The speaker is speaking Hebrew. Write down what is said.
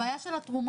הבעיה של התרומות,